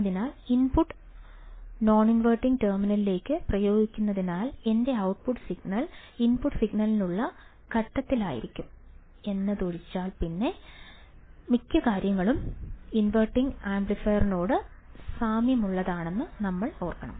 അതിനാൽ input non inverting ടെർമിനലിലേക്ക് പ്രയോഗിക്കുന്നതിനാൽ എൻറെ ഔട്ട്പുട്ട് സിഗ്നൽ ഇൻപുട്ട് സിഗ്നലിനുള്ള ഘട്ടത്തിലായിരിക്കും എന്നതൊഴിച്ചാൽ മിക്ക കാര്യങ്ങളും ഇൻവെർട്ടിംഗ് ആംപ്ലിഫയറിനോട് സാമ്യമുള്ളതാണെന്ന് നിങ്ങൾ ഓർക്കണം